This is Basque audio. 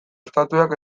estatuak